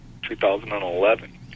2011